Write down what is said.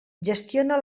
gestiona